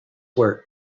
work